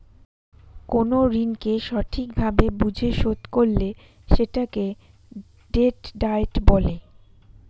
কোন ঋণকে সঠিক ভাবে বুঝে শোধ করলে সেটাকে ডেট ডায়েট বলে